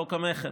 חוק המכר.